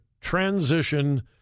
transition